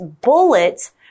bullets